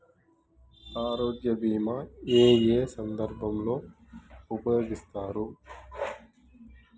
ఆరోగ్య బీమా ఏ ఏ సందర్భంలో ఉపయోగిస్తారు?